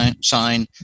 sign